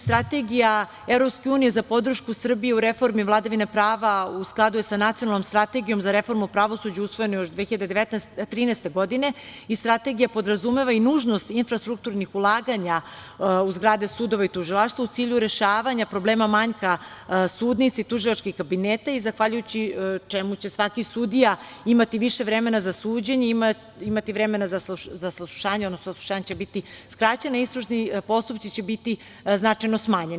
Strategija EU za podršku Srbiji u reformi vladavine prava u skladu je sa Nacionalnom strategijom za reformu pravosuđa usvojene još 2013. godine i strategija podrazumeva i nužnost infrastrukturnih ulaganja u zgrade sudova i tužilaštva, u cilju rešavanja problema manjka sudnica i tužilačkih kabineta, zahvaljujući čemu će svaki sudija imati više vremena za suđenje, imati vremena za saslušanje, odnosno saslušanja će biti skraćena i istražni postupci će biti značajno smanjeni.